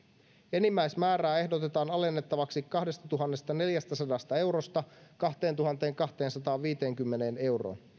enimmäismäärää ehdotetaan alennettavaksi kahdestatuhannestaneljästäsadasta eurosta kahteentuhanteenkahteensataanviiteenkymmeneen euroon